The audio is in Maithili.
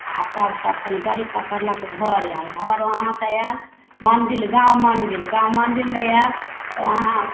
आओर तब सभ फेर गाड़ी पकड़लक घर आएल घर वहाँसँ आएल मन्दिर गाम मन्दिर गाम मन्दिरमे आएल तऽ वहाँ